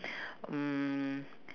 mm